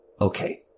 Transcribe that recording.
okay